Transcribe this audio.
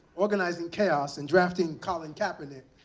organizing chaos, and drafting colin kaepernick